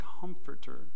comforter